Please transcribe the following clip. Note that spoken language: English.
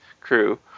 Crew